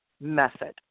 method